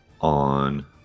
on